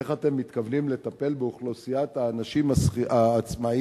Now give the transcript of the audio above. איך אתם מתכוונים לטפל באוכלוסיית האנשים העצמאים,